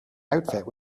outfit